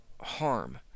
harm